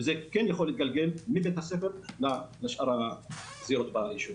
וזה כן גם יכול להתגלגל מבית הספר לשאר הזירות בישובים.